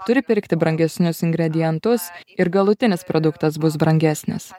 turi pirkti brangesnius ingredientus ir galutinis produktas bus brangesnis